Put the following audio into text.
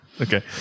Okay